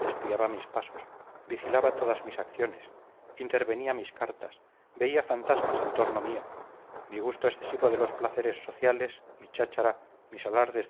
espiaba mis pasos vigilaba todas mis acciones intervenía mis cartas veía fantasmas en torno mío mi gusto excesivo de los placeres sociales mi cháchara mis alardes